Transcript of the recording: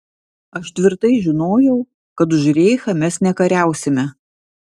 aš tvirtai žinojau kad už reichą mes nekariausime